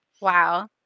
wow